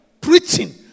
preaching